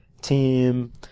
team